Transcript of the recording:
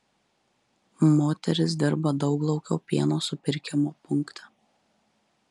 moteris dirba dauglaukio pieno supirkimo punkte